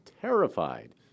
terrified